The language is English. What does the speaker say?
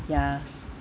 ya